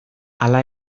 hala